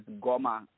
Goma